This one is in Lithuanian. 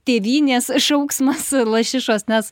tėvynės šauksmas lašišos nes